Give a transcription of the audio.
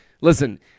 listen